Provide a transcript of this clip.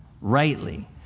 rightly